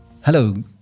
Hello